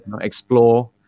explore